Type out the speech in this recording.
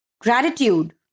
Gratitude